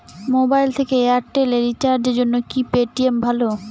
Mobile থেকে Airtel এ রিচার্জের জন্য কি পেটিএম ভালো?